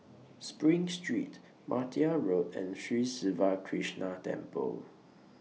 SPRING Street Martia Road and Sri Siva Krishna Temple